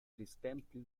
distantly